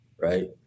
right